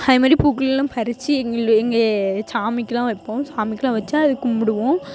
அதே மாதிரி பூக்கலாம் பறித்து எங்கள் எங்கள் சாமிக்குலாம் வைப்போம் சாமிக்கெலாம் வச்சா அதை கும்பிடுவோம்